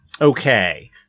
Okay